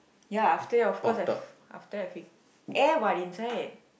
ya after that of course I f~ after that I fi~ air what inside